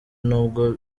n’ubwo